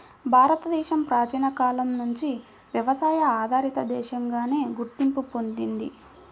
భారతదేశం ప్రాచీన కాలం నుంచి వ్యవసాయ ఆధారిత దేశంగానే గుర్తింపు పొందింది